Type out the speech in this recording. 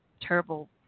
terrible